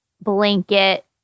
blanket